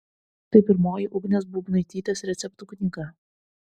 tai pirmoji ugnės būbnaitytės receptų knyga